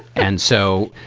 and so,